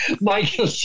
Michael